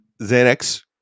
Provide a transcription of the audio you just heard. Xanax